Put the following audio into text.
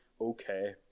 okay